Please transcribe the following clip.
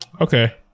Okay